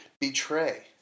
betray